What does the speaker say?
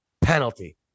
penalty